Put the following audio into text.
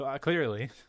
Clearly